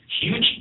Huge